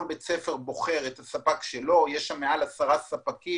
כל בית ספר בוחר את הספק שלו, יש מעל לעשרה ספקים.